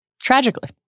tragically